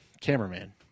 cameraman